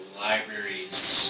libraries